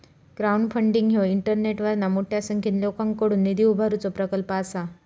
crowdfunding ह्यो इंटरनेटवरना मोठ्या संख्येन लोकांकडुन निधी उभारुचो प्रकल्प असा